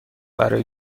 برای